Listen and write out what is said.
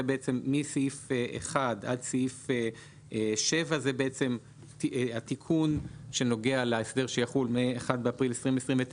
מסעיף 1 עד סעיף 7 זה התיקון שנוגע להסדר שיחול מ-1 באפריל 2029